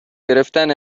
گرفتن